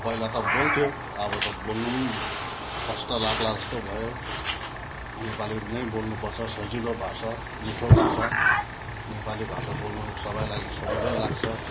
पहिला त बोल्थ्यौँ अब त बोल्नु पनि कष्ट लाग्ला जस्तो भयो नेपाली नै बोल्नुपर्छ सजिलो भाषा मिठो भाषा नेपाली भाषा बोल्नु सबैलाई सजिलै लाग्छ